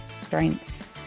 strengths